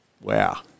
wow